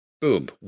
boom